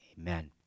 amen